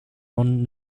non